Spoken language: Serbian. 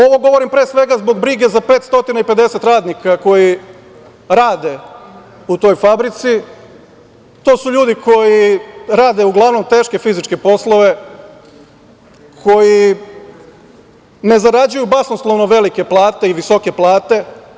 Ovo govorim, pre svega, zbog brige za 550 radnika koji rade u toj fabrici, i to su ljudi koji rade teške fizičke poslove, koji ne zarađuju basnoslovno velike plate i visoke plate.